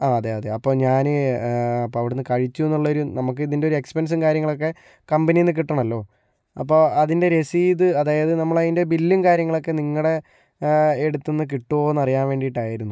ആ അതെ അതെ അപ്പോൾ ഞാൻ അപ്പോൾ അവിടെ നിന്ന് കഴിച്ചു എന്നുള്ളൊരു നമ്മൾക്ക് ഇതിൻ്റൊരു എക്സ്പെൻസും കാര്യങ്ങളൊക്കെ കമ്പനിയിൽ നിന്ന് കിട്ടണമല്ലോ അപ്പോൾ അതിൻ്റെ രസീത് അതായത് നമ്മളതിൻ്റെ ബില്ലും കാര്യങ്ങളൊക്കെ നിങ്ങളുടെ അടുത്തു നിന്ന് കിട്ടുമോ എന്നറിയാൻ വേണ്ടിയിട്ടായിരുന്നു